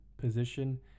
position